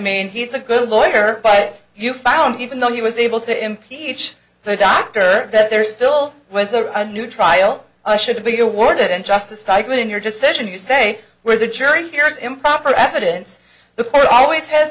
mean he's a good lawyer but you found even though he was able to impeach the doctor that there still was a new trial should be awarded and justice cycle in your decision you say where the jury hears improper evidence the court always has